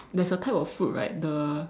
there's a type of food right the